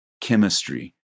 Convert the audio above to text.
chemistry